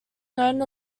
known